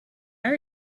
are